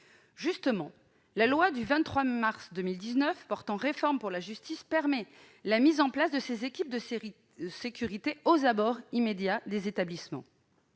Justement, la loi du 23 mars 2019 de programmation 2018-2022 et de réforme pour la justice permet la mise en place de ces équipes de sécurité aux abords immédiats des établissements.